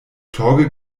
torge